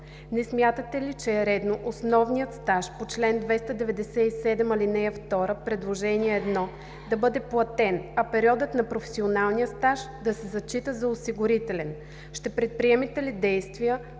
не смятате ли че е редно основният стаж по чл. 297, ал. 2, предложение 1, да бъде платен, а периодът на професионалния стаж да се зачита за осигурителен? Ще предприемете ли действия